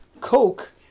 Coke